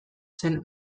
zen